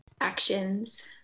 actions